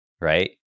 right